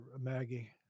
Maggie